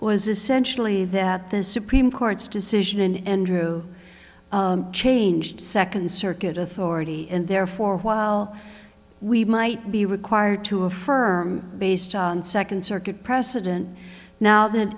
was essentially that the supreme court's decision in andrew changed second circuit authority and therefore while we might be required to affirm based on second circuit precedent now that